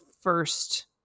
first